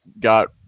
got